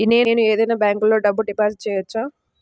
నేను ఏదైనా బ్యాంక్లో డబ్బు డిపాజిట్ చేయవచ్చా?